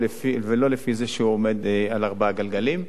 ולא לפי זה שהוא עומד על ארבעה גלגלים.